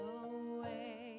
away